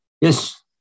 Yes